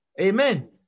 Amen